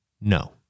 no